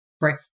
Right